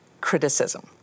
criticism